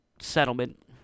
settlement